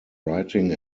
writing